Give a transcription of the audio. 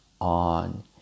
on